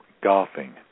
golfing